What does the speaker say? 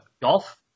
golf